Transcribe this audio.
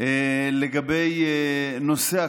לגבי נושא הקלון,